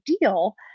deal